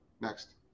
next